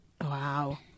Wow